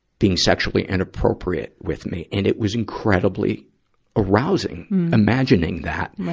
being sexually inappropriate with me. and it was incredibly arousing imagining that.